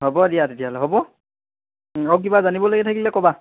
হ'ব দিয়া তেতিয়াহ'লে হ'ব আৰু কিবা জানিবলৈ থাকিলে ক'বা